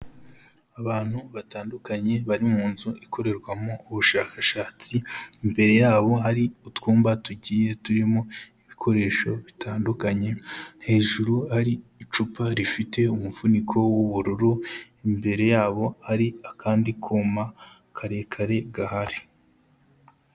Abantu batandukanye bari mu nzu ikorerwamo ubushakashatsi imbere yabo hari utwumba tugiye turimo ibikoresho bitandukanye hejuru ari icupa rifite umufuniko w'ubururu imbere yabo hari akandi kuma karekare gahari.